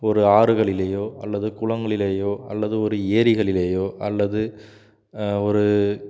ஒரு ஆறுகளிலேயோ அல்லது குளங்களிலேயோ அல்லது ஒரு ஏரிகளிலேயோ அல்லது ஒரு